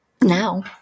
now